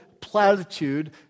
platitude